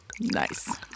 nice